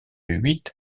huit